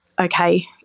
okay